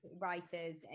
writers